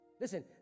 Listen